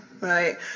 right